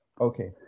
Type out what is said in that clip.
Okay